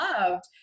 loved